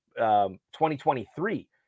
2023